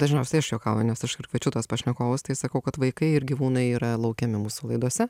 dažniausiai aš juokauju nes aš ir kviečiu tuos pašnekovus tai sakau kad vaikai ir gyvūnai yra laukiami mūsų laidose